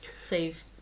save